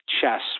chess